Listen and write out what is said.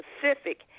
Pacific